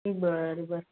बरं बरं